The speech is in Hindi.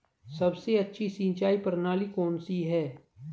सबसे अच्छी सिंचाई प्रणाली कौन सी है?